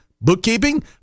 bookkeeping